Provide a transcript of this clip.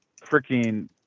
freaking